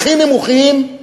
הכי נמוכים,